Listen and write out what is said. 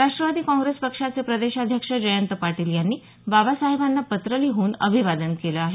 राष्ट्रवादी काँग्रेस पक्षाचे प्रदेशाध्यक्ष जयंत पाटील यांनी बाबासाहेबांना पत्र लिहून अभिवादन केलं आहे